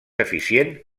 eficient